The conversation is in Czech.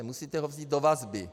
Musíte ho vzít do vazby.